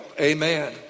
Amen